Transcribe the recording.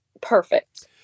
perfect